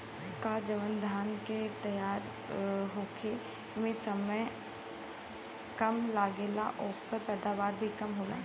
का जवन धान के तैयार होखे में समय कम लागेला ओकर पैदवार भी कम होला?